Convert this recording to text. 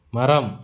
மரம்